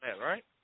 right